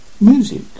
music